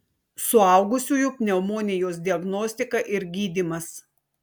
suaugusiųjų pneumonijos diagnostika ir gydymas